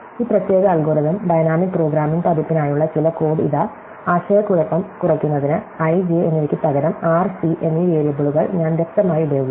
ഈ പ്രത്യേക algorithm dynamic programming പതിപ്പിനായുള്ള ചില കോഡ് ഇതാ ആശയക്കുഴപ്പം കുറയ്ക്കുന്നതിന് i j എന്നിവയ്ക്ക് പകരം r c എന്നീ വേരിയബിളുകൾ ഞാൻ വ്യക്തമായി ഉപയോഗിച്ചു